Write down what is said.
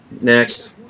next